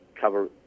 cover